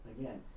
Again